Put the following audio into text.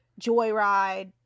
joyride